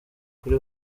kuri